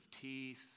teeth